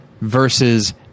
versus